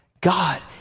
God